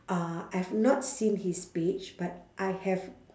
uh I've not seen his page but I have